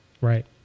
Right